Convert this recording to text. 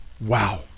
Wow